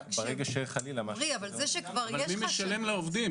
אבל מי משלם לעודים?